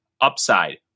upside